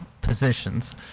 positions